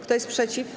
Kto jest przeciw?